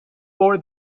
for